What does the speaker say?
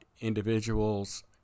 individuals